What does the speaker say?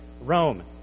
Rome